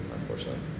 unfortunately